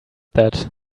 that